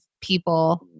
people